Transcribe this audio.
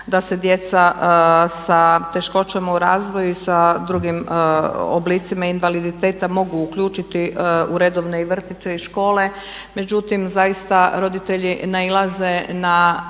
da se djeca sa teškoćama u razvoju i sa drugim oblicima invaliditeta mogu uključiti u redovne i vrtiće i škole. Međutim, zaista roditelji nailaze na